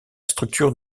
structure